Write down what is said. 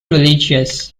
religious